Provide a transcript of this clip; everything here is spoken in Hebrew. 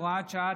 הוראת שעה,